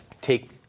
take